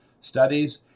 studies